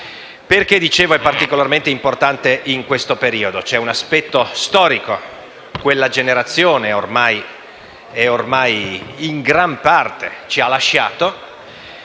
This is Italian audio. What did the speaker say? disegno di legge è particolarmente importante in questo periodo? Perché c'è un aspetto storico. Quella generazione ormai, in gran parte, ci ha lasciati,